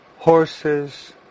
Horses